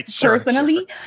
personally